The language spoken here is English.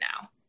now